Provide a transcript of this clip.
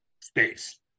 space